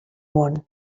món